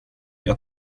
jag